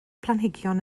planhigion